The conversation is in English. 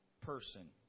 person